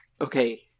Okay